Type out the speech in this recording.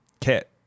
kit